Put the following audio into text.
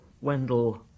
Wendell